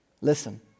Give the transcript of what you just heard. Listen